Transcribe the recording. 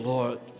Lord